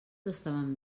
estaven